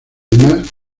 más